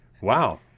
Wow